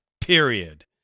period